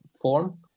form